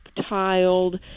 tiled